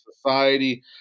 society